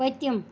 پٔتِم